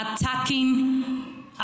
attacking